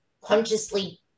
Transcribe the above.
consciously